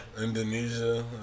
Indonesia